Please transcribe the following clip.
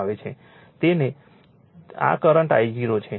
તેથી આ current I0 છે